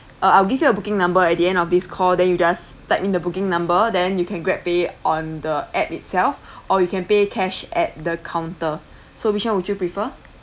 uh I'll give you a booking number at the end of this call then you just type in the booking number then you can GrabPay on the app itself or you can pay cash at the counter so which [one] would you prefer